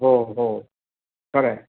हो हो खरं आहे